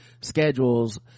schedules